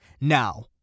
now